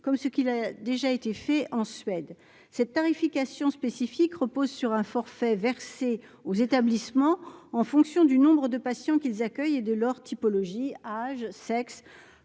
par « capitation ». Cette tarification spécifique repose sur un forfait versé aux établissements en fonction du nombre de patients qu'ils accueillent et de leur typologie : âge, sexe,